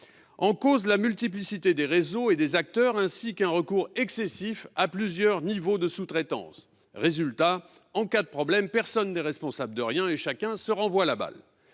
en cause la multiplicité des réseaux et des acteurs ainsi qu'un recours excessif à plusieurs niveaux de sous-traitance. Résultat : en cas de problème, personne n'est responsable de rien et chacun se renvoie la balle